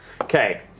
Okay